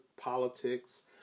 politics